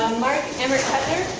marc emert-hutner,